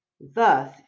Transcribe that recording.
Thus